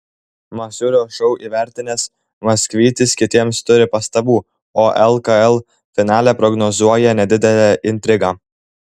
masiulio šou įvertinęs maksvytis kitiems turi pastabų o lkl finale prognozuoja nedidelę intrigą